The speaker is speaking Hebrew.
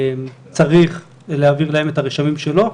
צריך להעביר להם את הרשמים שלו,